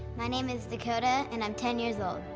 my name is dakota, and i'm ten years old.